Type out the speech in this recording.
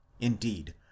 Indeed